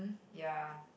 ya